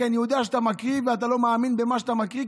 כי אני יודע שאתה מקריא ואתה לא מאמין במה שאתה מקריא,